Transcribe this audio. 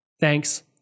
Thanks